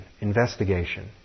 investigation